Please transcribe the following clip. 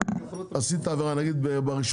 נגיד ב-1